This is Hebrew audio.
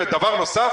ודבר נוסף,